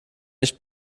nicht